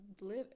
live